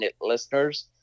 listeners